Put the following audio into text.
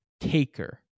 Taker